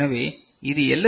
எனவே இது எல்